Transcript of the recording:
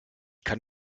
kann